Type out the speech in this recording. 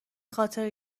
خاطر